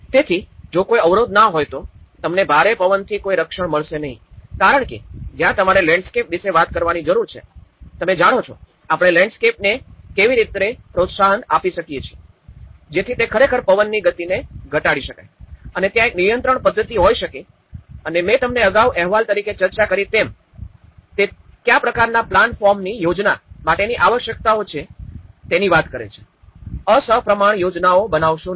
તેથી જો કોઈ અવરોધ ના હોય તો તમને ભારે પવનથી કોઈ રક્ષણ મળશે નહિ કારણ કે જ્યાં તમારે લેન્ડસ્કેપ વિશે વાત કરવાની જરૂર છે તમે જાણો છો આપણે લેન્ડસ્કેપને કેવી રીતે પ્રોત્સાહન આપી શકીએ છીએ જેથી તે ખરેખર પવનની ગતિને ઘટાડી શકાય અને ત્યાં એક નિયંત્રણ પદ્ધતિ હોઈ શકે અને મેં તમને અગાઉના અહેવાલ તરીકે ચર્ચા કરી તેમ તે કયા પ્રકારનાં પ્લાન ફોર્મની યોજના માટેની આવશ્યકતાઓ છે તેની વાત કરે છે અસમપ્રમાણ યોજનાઓ બનાવશો નહી